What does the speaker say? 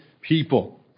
people